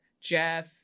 Jeff